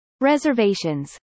Reservations